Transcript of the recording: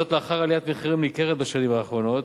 זאת לאחר עליית מחירים ניכרת בשנים האחרונות,